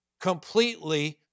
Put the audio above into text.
completely